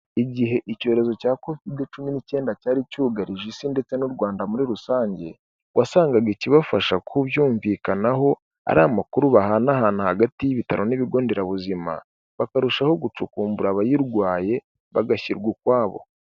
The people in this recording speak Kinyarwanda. Igihe icyorezo cya Covide cumi n'icyenda cyari cyugarije Isi ndetse n'u Rwanda muri rusange, wasangaga ikibafasha kubyumvikanaho ari amakuru bahanahana hagati y'ibitaro n'ibigo nderabuzima, bakarushaho gucukumbura abayirwaye, bagashyirwa ukwabo.